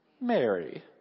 Mary